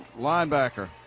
linebacker